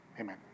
amen